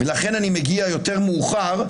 ולכן אני מגיע יותר מאוחר,